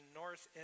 north